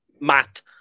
Matt